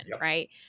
right